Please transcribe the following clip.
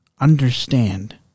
understand